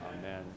Amen